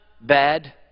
bad